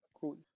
Cool